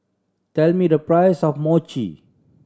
tell me the price of Mochi